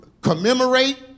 commemorate